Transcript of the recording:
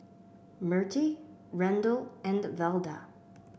Mirtie Randle and Velda